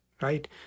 right